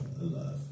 love